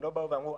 הם לא באו ואומרו,